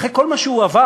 אחרי כל מה שהוא עבר,